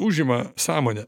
užima sąmonę